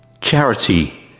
Charity